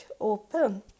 open